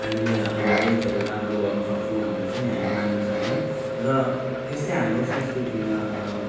हामीले हाम्रो हेल्थहरू राम्रो गर्नसक्छौँ भनेर पनि हामी मानिन्छ होइन र यस्तै हाम्रो संस्कृतिमा